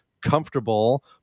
comfortable